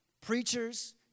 preachers